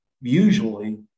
usually